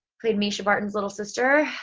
played mischa barton's little sister